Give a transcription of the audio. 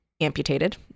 amputated